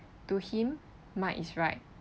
to him might is right